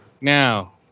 now